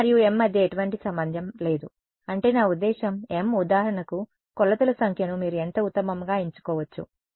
n మరియు m మధ్య ఎటువంటి సంబంధం లేదు అంటే నా ఉద్దేశ్యం m ఉదాహరణకు కొలతల సంఖ్యను మీరు ఎంత ఉత్తమంగా ఎంచుకోవచ్చు